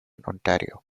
ontario